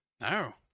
no